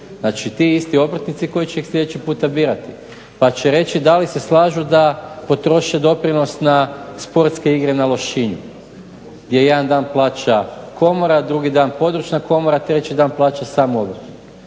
Znači ti isti obrtnici koji će ih sljedeći puta birati pa će reći da li se slažu da potroše doprinos na Sportske igre na Lošinju gdje jedan dan plaća komora, drugi dan područna komora, treći dan plaća sam